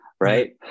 right